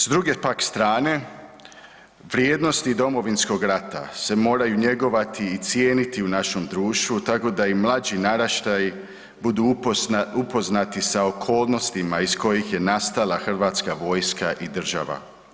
S druge pak strane, vrijednosti Domovinskog rata se moraju njegovati i cijeniti u našem društvu tako da i mlađi naraštaji budu upoznati sa okolnostima iz kojih je nastala HV i država.